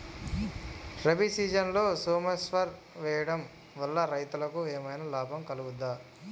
రబీ సీజన్లో సోమేశ్వర్ వేయడం వల్ల రైతులకు ఏమైనా లాభం కలుగుద్ద?